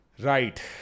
Right